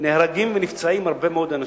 נהרגים או נפצעים הרבה מאוד אנשים.